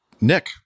Nick